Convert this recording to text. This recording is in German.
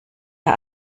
der